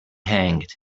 hanged